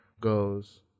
goes